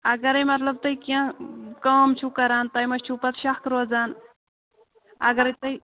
اَگرے مطلب تۄہہِ کیٚنٛہہ کٲم چھُو کَران تۄہہِ ما چھُو پَتہٕ شکھ روزان اَگرَے تۄہہِ